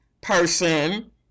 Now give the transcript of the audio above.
person